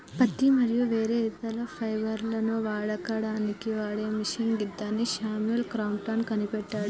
పత్తి మరియు వేరే ఇతర ఫైబర్లను వడకడానికి వాడే మిషిన్ గిదాన్ని శామ్యుల్ క్రాంప్టన్ కనిపెట్టిండు